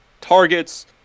targets